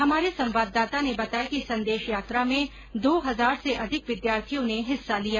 हमारे संवाददाता ने बताया कि संदेश यात्रा में दो हजार से अधिक विधार्थियों ने हिस्सा लिया